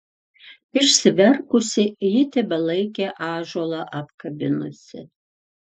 išsiverkusi ji tebelaikė ąžuolą apkabinusi